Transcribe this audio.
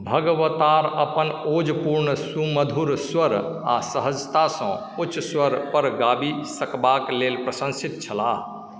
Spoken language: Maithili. भगवतार अपन ओजपूर्ण सुमधुर स्वर आ सहजतासँ उच्च स्वर पर गाबि सकबाक लेल प्रशंसित छलाह